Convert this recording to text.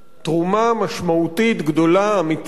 תרומה משמעותית, גדולה, אמיתית,